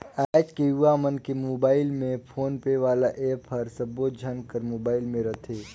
आएज के युवा मन के मुबाइल में फोन पे वाला ऐप हर सबो झन कर मुबाइल में रथे